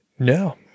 No